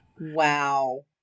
wow